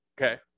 Okay